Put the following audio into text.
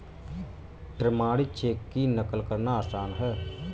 प्रमाणित चेक की नक़ल करना आसान है